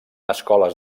escoles